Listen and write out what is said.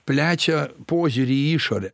plečia požiūrį į išorę